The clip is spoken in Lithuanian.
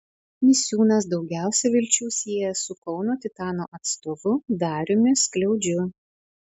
misiūnas daugiausia vilčių sieja su kauno titano atstovu dariumi skliaudžiu